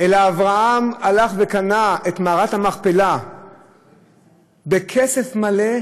אברהם הלך וקנה את מערת המכפלה בכסף מלא,